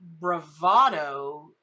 bravado